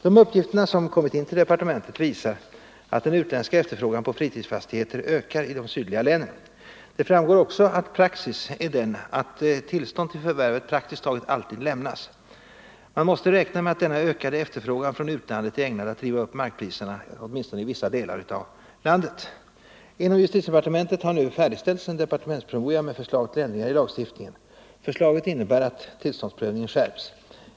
De uppgifter som kommit in till departementet visar, att den utländska efterfrågan på fritidsfastigheter ökar i de sydliga länen. Det framgår vidare att praxis är den att tillstånd till förvärvet praktiskt taget alltid lämnas. Man måste räkna med att denna ökade efterfrågan från utlandet är ägnad att driva upp markpriserna i vissa delar av landet. Inom justitiedepartementet har nu färdigställts en departementspromemoria med förslag till ändringar i lagstiftningen. Förslaget innebär att tillståndsprövningen skärps.